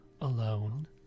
alone